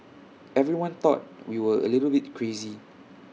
everyone thought we were A little bit crazy